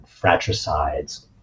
fratricides